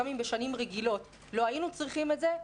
גם אם בשנים רגילות לא היינו צריכים את זה,